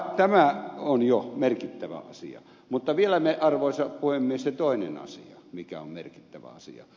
tämä on jo merkittävä asia mutta vielä arvoisa puhemies se toinen asia mikä on merkittävä asia